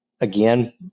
again